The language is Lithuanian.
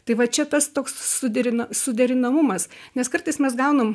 tai va čia tas toks suderina suderinamumas nes kartais mes gaunam